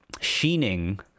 sheening